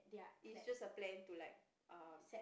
is just a plan to like uh